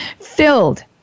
filled